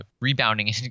rebounding